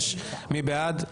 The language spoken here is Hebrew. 106, מי בעד?